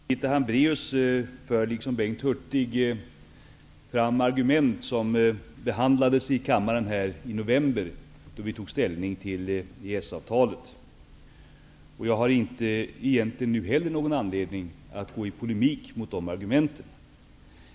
Herr talman! Birgitta Hambraeus för, liksom Bengt Hurtig, fram argument som behandlades här i kammaren i november, då vi tog ställning till EES avtalet. Jag har inte någon anledning att nu gå i polemik mot de argumenten.